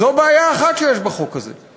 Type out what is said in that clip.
זו בעיה אחת שיש בחוק הזה.